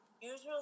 usually